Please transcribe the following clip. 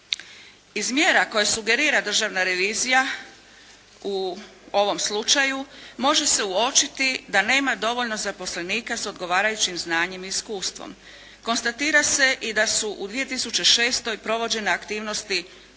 Iz mjera koje sugerira Državna revizija u ovom slučaju može se uočiti da nema dovoljno zaposlenika s odgovarajućim znanjem i iskustvom. Konstatira se i da se u 2006. provođene aktivnosti,